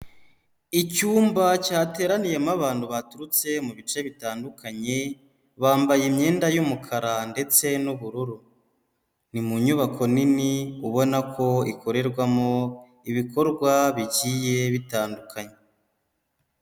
Icyumba cyateraniyemo abantu baturutse mu bice bitandukanye, bambaye imyenda y'umukara ndetse n'ubururu, ni mu nyubako nini ubona ko ikorerwamo ibikorwa bigiye bitandukanye.